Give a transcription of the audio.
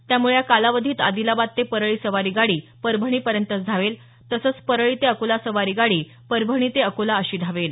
त्यामुळे या कालावधीत आदिलाबाद ते परळी सवारी गाडी परभणी पर्यंतच धावेल तसंच परळी ते अकोला सवारी गाडी परभणी ते अकोला अशी धावेल